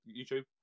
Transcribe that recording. YouTube